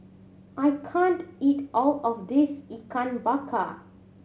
I can't eat all of this Ikan Bakar